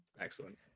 Excellent